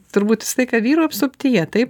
turbūt visą laiką vyrų apsuptyje taip